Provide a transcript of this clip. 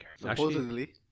Supposedly